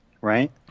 right